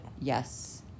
Yes